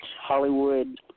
Hollywood